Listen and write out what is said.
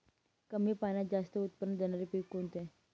कमी पाण्यात जास्त उत्त्पन्न देणारे पीक कोणते?